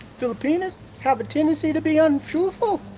filipinas have a tendency to be untruthful.